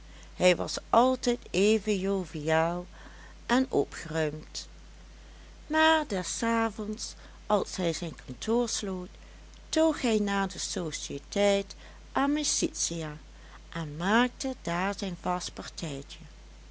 hij was altijd even joviaal en opgeruimd maar des avonds als hij zijn kantoor sloot toog hij naar de sociëteit amicitia en maakte daar zijn